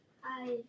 Hi